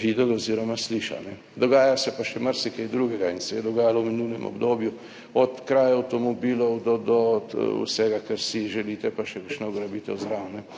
videli oziroma slišali. Dogaja se pa še marsikaj drugega in se je dogajalo v minulem obdobju, od kraja avtomobilov do vsega, kar si želite, pa še kakšno ugrabitev zraven.